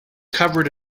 covered